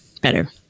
better